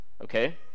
Okay